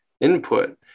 input